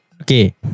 Okay